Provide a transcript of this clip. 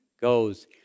goes